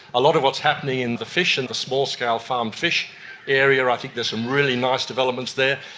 a lot of what is happening in the fish and the small-scale farmed fish area, i think there's some really nice developments there.